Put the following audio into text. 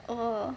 oh